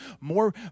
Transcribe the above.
more